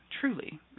truly